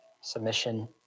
Submission